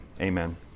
amen